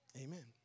Amen